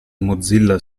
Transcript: mozilla